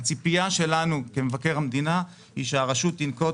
הציפייה שלנו כמבקר המדינה היא שהרשות תנקוט